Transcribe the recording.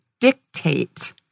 dictate